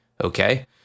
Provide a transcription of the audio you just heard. Okay